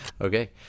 Okay